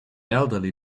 elderly